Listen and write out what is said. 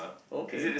okay